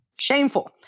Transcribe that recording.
shameful